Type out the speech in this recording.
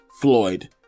Floyd